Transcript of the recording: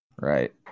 Right